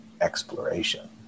exploration